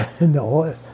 No